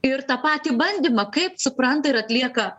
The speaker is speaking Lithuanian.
ir tą patį bandymą kaip supranta ir atlieka